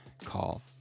call